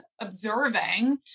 observing